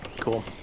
Cool